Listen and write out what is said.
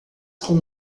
com